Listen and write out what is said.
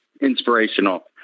inspirational